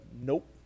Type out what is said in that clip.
Nope